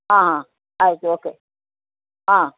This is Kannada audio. ಆಂ ಹಾಂ ಆಯ್ತು ಓಕೆ ಹಾಂ